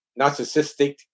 narcissistic